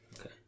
Okay